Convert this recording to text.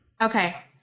Okay